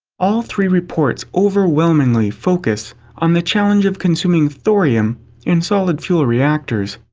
all three reports overwhelmingly focus on the challenge of consuming thorium in solid fuel reactors.